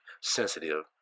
sensitive